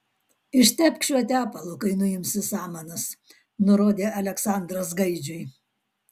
ištepk šiuo tepalu kai nuimsi samanas nurodė aleksandras gaidžiui